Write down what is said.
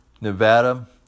Nevada